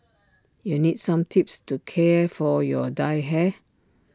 you need some tips to care for your dyed hair